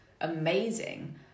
amazing